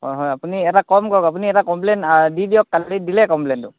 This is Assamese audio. হয় হয় আপুনি এটা কাম কৰক আপুনি এটা কমপ্লেন দি দিয়ক কালি দিলে কমপ্লেইনটো